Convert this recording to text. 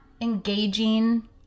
engaging